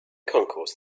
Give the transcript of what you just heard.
concourse